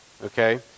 Okay